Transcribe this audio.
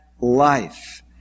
life